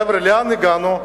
חבר'ה, לאן הגענו?